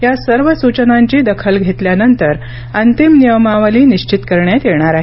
या सर्व सूचनांची दखल घेतल्यानंतर अंतिम नियमावली निश्वित करण्यात येणार आहे